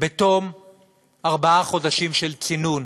בתום ארבעה חודשים של צינון,